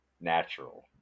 natural